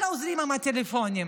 כל העוזרים עם הטלפונים.